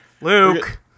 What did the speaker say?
Luke